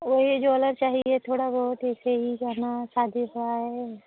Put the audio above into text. वही ज्वेलर चाहिए थोड़ा बहुत ऐसे ही गहना शादी का